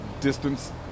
distance